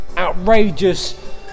outrageous